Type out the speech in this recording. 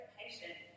patient